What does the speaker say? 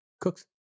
Cooks